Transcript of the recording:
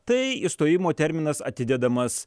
tai išstojimo terminas atidedamas